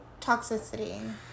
toxicity